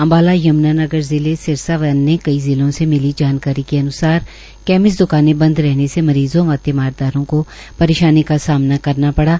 अम्बाला यम्नानगर जिले सिरसा व अन्य जिलों से मिली जानकारी के अन्सार कैमिस्ट द्काने बंद रहने से मरीज़ों व तिमारदारों को परेशानी का सामना करना पड़ा